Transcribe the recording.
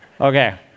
okay